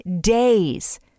days